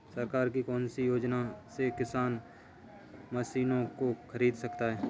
सरकार की कौन सी योजना से किसान मशीनों को खरीद सकता है?